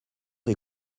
des